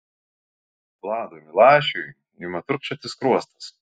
vladui milašiui ima trūkčioti skruostas